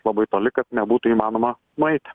labai toli kad nebūtų įmanoma nueiti